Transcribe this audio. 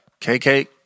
KK